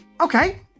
Okay